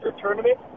tournament